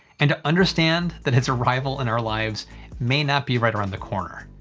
and to understand that its arrival in our lives may not be right around the corner.